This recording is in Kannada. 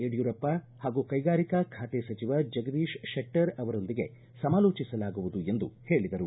ಯಡಿಯೂರಪ್ಪ ಹಾಗೂ ಕೈಗಾರಿಕಾ ಖಾತೆ ಸಚಿವ ಜಗದೀಶ ಶೆಟ್ಟರ ಅವರೊಂದಿಗೆ ಸಮಾಲೋಚಿಸಲಾಗುವುದು ಎಂದು ಹೇಳಿದರು